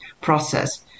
process